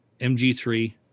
MG3